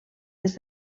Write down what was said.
des